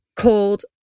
called